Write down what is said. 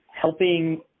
helping